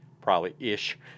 probably-ish